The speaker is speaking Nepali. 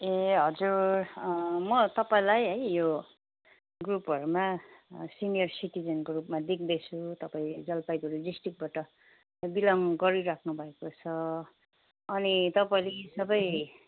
ए हजुर अँ म तपाईँलाई है यो ग्रुपहरूमा सिनियर सिटिजनको ग्रुपमा देख्दैछु तपाईँले जलपाइगुडी डिस्ट्रिक्टबाट बिलङ गरिराख्नुभएको छ अनि तपाईँले सबै